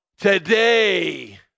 Today